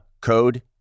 code